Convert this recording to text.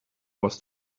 was